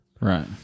right